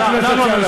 אנחנו,